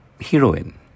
heroine